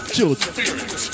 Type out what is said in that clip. Children